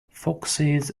foxes